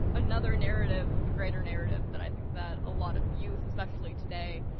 another narrative of a greater narrative that i think that a lot of youth, especially today,